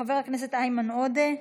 חבר הכנסת איימן עודה,